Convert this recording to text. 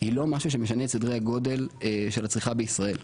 היא לא משהו שמשנה את סדרי הגודל של הצריכה בישראל.